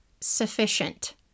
sufficient